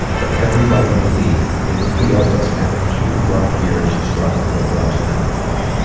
but everybody in the league knew that theo had spent a few rough years struggling with drugs and alcohol.